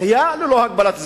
דחייה ללא הגבלת זמן.